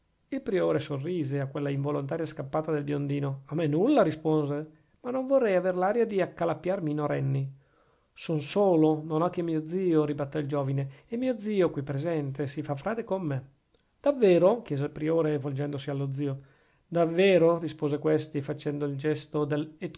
il priore sorrise a quella involontaria scappata del biondino a me nulla rispose ma non vorrei aver l'aria di accalappiar minorenni son solo non ho che mio zio ribattè il giovine e mio zio qui presente si fa frate con me davvero chiese il priore volgendosi allo zio davvero rispose questi facendo il gesto dello